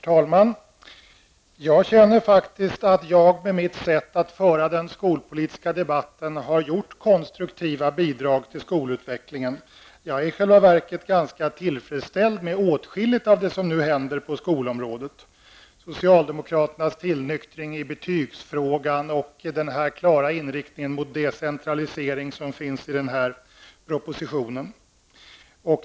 Herr talman! Jag känner faktiskt att jag med mitt sätt att föra den skolpolitiska debatten har bidragit konstruktivt till skolutvecklingen. Jag är självklart ganska tillfredsställd med åtskilligt som det nu händer på skolområdet: socialdemokraternas tillnyktring i betygsfrågan och den klara inriktning mot decentralisering som finns i propositionen.